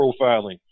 profiling